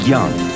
Young